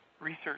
research